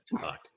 talk